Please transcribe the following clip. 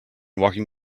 walking